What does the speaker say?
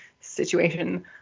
situation